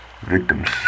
victims